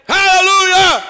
Hallelujah